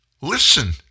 Listen